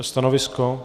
Stanovisko?